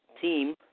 team